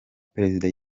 perezida